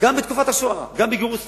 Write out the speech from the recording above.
גם בתקופת השואה, גם בגירוש ספרד.